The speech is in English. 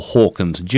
Hawkins